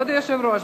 כבוד היושב-ראש,